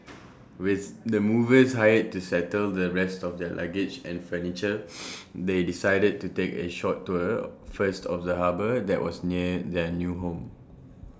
with the movers hired to settle the rest of their luggage and furniture they decided to take A short tour first of the harbour that was near their new home